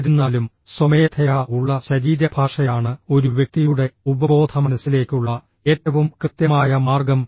എന്നിരുന്നാലും സ്വമേധയാ ഉള്ള ശരീരഭാഷയാണ് ഒരു വ്യക്തിയുടെ ഉപബോധമനസ്സിലേക്കുള്ള ഏറ്റവും കൃത്യമായ മാർഗം